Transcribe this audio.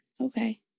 Okay